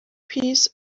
piece